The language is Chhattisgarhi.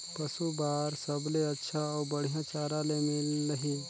पशु बार सबले अच्छा अउ बढ़िया चारा ले मिलही?